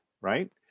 Right